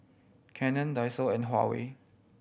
Canon Daiso and Huawei